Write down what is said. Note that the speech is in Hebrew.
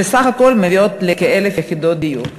שסך הכול מביאות לכ-1,000 יחידות דיור.